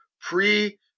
pre